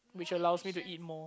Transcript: which allows me to eat more